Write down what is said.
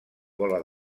bola